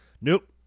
nope